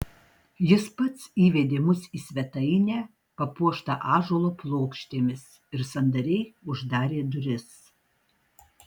jis pats įvedė mus į svetainę papuoštą ąžuolo plokštėmis ir sandariai uždarė duris